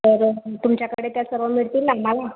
तर तुमच्याकडे त्या सर्व मिळतील ना आम्हाला